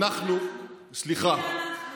סליחה,